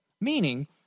meaning